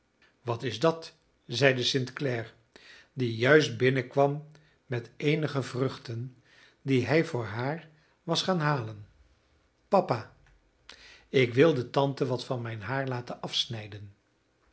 wat is dat zeide st clare die juist binnenkwam met eenige vruchten die hij voor haar was gaan halen papa ik wilde tante wat van mijn haar laten afsnijden